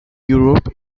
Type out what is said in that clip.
europe